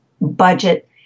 budget